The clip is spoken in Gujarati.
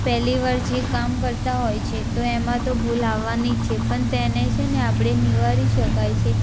પહેલી વાર જે કામ કરતાં હોય છે તો એમાં તો ભૂલ આવવાની જ છે પણ તેને છે ને આપણે નિવારી શકાય છે